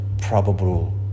probable